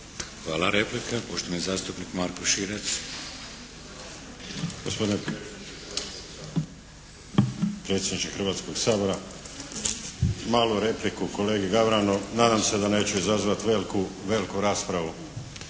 Hvala. Replika, poštovani zastupnik Marko Širac. **Širac, Marko (HDZ)** Gospodine predsjedniče Hrvatskog sabora, malu repliku kolegi Gavranu. Nadam se da neću izazvati veliku raspravu.